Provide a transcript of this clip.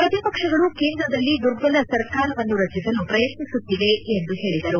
ಪ್ರತಿಪಕ್ಷಗಳು ಕೇಂದ್ರದಲ್ಲಿ ದುರ್ಬಲ ಸರ್ಕಾರವನ್ನು ರಚಿಸಲು ಪ್ರಯತ್ನಿಸುತ್ತಿವೆ ಎಂದು ಹೇಳಿದರು